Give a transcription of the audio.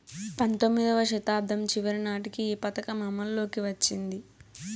పంతొమ్మిదివ శతాబ్దం చివరి నాటికి ఈ పథకం అమల్లోకి వచ్చింది